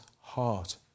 heart